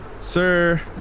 Sir